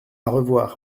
revoir